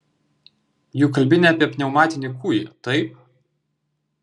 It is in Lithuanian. juk kalbi ne apie pneumatinį kūjį taip